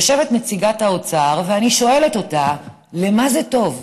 ויושבת נציגת האוצר ואני שואלת אותה למה זה טוב.